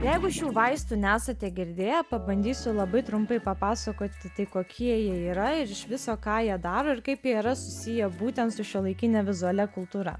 jeigu šių vaistų nesate girdėję pabandysiu labai trumpai papasakoti tai kokie jie yra ir iš viso ką jie daro ir kaip jie yra susiję būtent su šiuolaikine vizualia kultūra